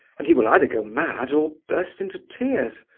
and he will either go mad or burst into tears.